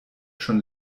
schon